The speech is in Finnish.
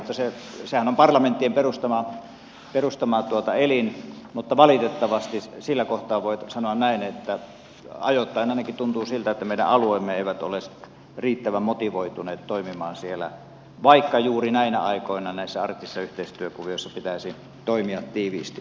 sehän on parlamenttien perustama elin mutta valitettavasti sillä kohtaa voi sanoa näin että ajoittain ainakin tuntuu siltä että meidän alueemme eivät ole riittävän motivoituneet toimimaan siellä vaikka juuri näinä aikoina näissä arktisissa yhteistyökuvioissa pitäisi toimia tiiviisti